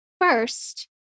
first